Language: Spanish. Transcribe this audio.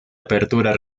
apertura